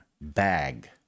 bag